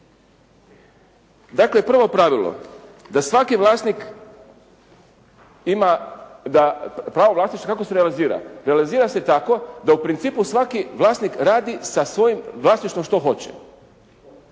Dakle, prvo pravilo, da svaki vlasnik ima, pravo vlasništva kako se realizira. Realizira se tako da u principu svaki vlasnik radi sa svojim vlasništvom što hoće.